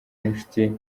n’inshuti